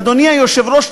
אדוני היושב-ראש,